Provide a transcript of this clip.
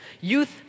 Youth